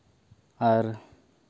ᱟᱨ